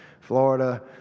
Florida